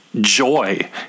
joy